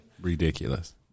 Ridiculous